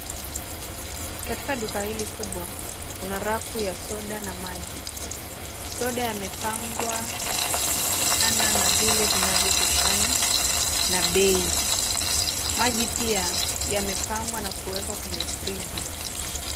Katika duka hili kubwa, kuna rafu ya soda na maji . Soda yamepangwa kulingana na vile yametoshana na bei. Maji pia yamepangwa na kuwekwa kwenye friji.